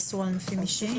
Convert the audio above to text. איסור על ענפים אישיים,